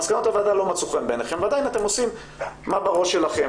מסקנות הוועדה לא מצאו חן בעיניכם ועדיין אתם עושים מה שבראש שלכם,